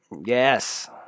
Yes